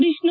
Krishna